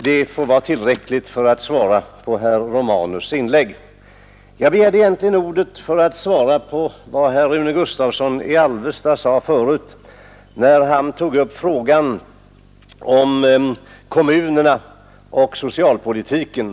Det får vara tillräckligt som svar på herr Romanus” inlägg. Jag begärde egentligen ordet för att bemöta vad Rune Gustavsson i Alvesta sade om kommunerna och socialpolitiken.